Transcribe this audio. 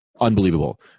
unbelievable